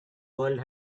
world